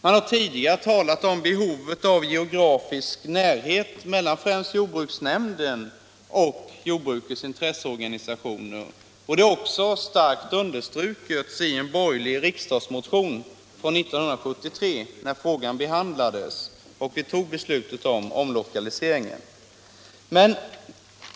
Man har tidigare talat om behovet av geografisk närhet mellan främst jordbruksnämnden och jordbrukets intresseorganisationer, och det har också starkt understrukits i en borgerlig riksdagsmotion från 1973, när beslutet om omlokaliseringen fattades av riksdagen.